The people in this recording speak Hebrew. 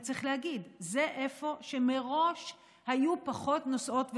וצריך להגיד: זה איפה שמראש היו פחות נוסעות ונוסעים,